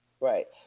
Right